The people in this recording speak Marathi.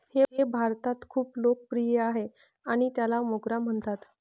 हे भारतात खूप लोकप्रिय आहे आणि त्याला मोगरा म्हणतात